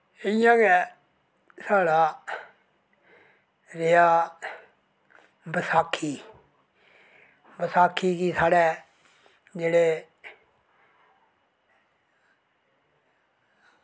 इ'यां गै साढ़ा एह् ऐ बसाखी बसाखी गी साढ़े जेह्ड़े